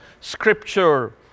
scripture